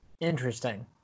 Interesting